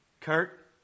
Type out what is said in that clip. Kurt